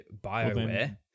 Bioware